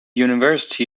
university